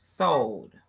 sold